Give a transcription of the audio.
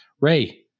Ray